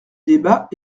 débat